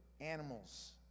animals